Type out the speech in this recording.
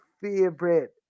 favorite